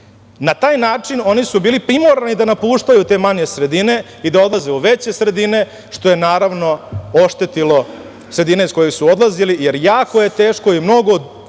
taj način oni su bili primorani da napuštaju te manje sredine i da odlaze u veće sredine što je naravno oštetilo sredine iz kojih su odlazili, jer jako je teško i mnogo